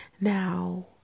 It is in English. now